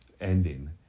ending